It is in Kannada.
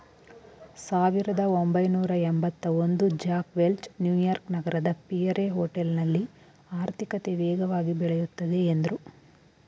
ಸಾವಿರದಒಂಬೈನೂರಎಂಭತ್ತಒಂದು ಜ್ಯಾಕ್ ವೆಲ್ಚ್ ನ್ಯೂಯಾರ್ಕ್ ನಗರದ ಪಿಯರೆ ಹೋಟೆಲ್ನಲ್ಲಿ ಆರ್ಥಿಕತೆ ವೇಗವಾಗಿ ಬೆಳೆಯುತ್ತದೆ ಎಂದ್ರು